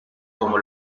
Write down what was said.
como